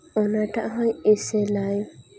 ᱚᱱᱟᱴᱟᱜ ᱦᱚᱸᱭ ᱮᱥᱮᱞᱟᱭ